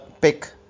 pick